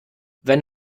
wenn